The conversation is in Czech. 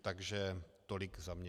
Takže tolik za mě.